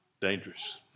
Dangerous